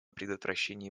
предотвращения